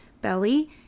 Belly